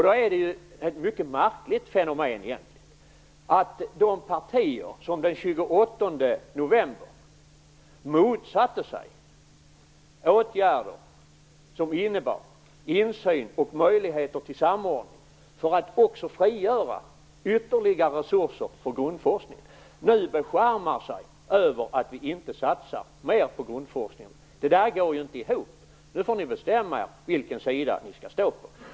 Det är ett mycket märkligt fenomen att de partier som den 28 november motsatte sig åtgärder som innebar insyn och möjligheter till samordning för att också frigöra ytterligare resurser för grundforskning nu beskärmar sig över att vi inte satsar mer på grundforskningen. Det går inte ihop. Nu får ni bestämma vilken sida ni skall stå på.